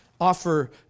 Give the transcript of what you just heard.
offer